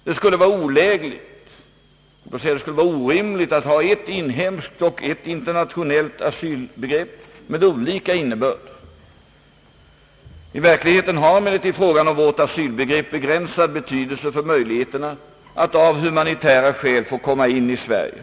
Det skulle vara olägligt — jag skulle vilja säga orimligt — att ha ett inhemskt och ett internationellt asylbegrepp med olika innebörd. I verkligheten har emellertid frågan om vårt asylbegrepp begränsad betydelse för möjligheterna att av humanitära skäl få komma in i Sverige.